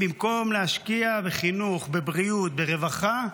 במקום להשקיע בחינוך, בבריאות, ברווחה,